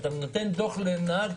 שכשאתה נותן דוח לנהג,